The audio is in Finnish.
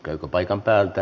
käykö paikan päältä